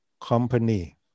company